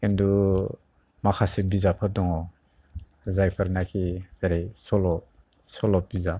खिन्थु माखासे बिजाबफोर दङ जायफोरनाखि ओरै सल' सल'बिजाब